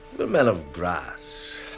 we're men of grass,